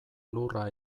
lurra